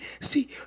see